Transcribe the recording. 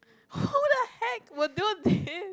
who the heck would do this